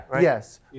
yes